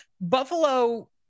Buffalo